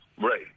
Right